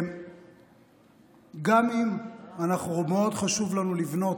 גם אם מאוד חשוב לנו לבנות,